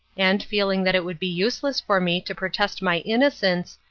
and, feeling that it would be useless for me to protest my innocence,